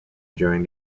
during